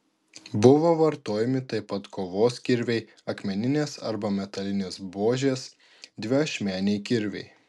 buvo vartojami taip pat kovos kirviai akmeninės arba metalinės buožės dviašmeniai kirviai